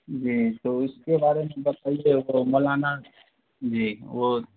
جی تو اس کے بارے میں بتائیے وہ مولانا جی وہ